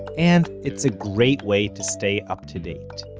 and, it's a great way to stay up-to-date.